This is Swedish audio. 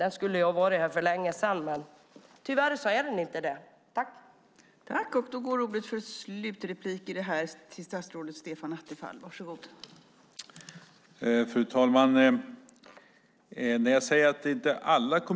Den skulle ha kommit för länge sedan, men tyvärr har den inte gjort det.